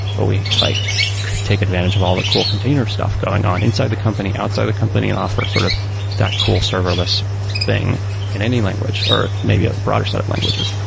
but we like take advantage of all the cool container stuff going on inside the company, outside the company and offer sort of that cool serverless thing in any language, or maybe a broader set of languages?